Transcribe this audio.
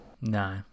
No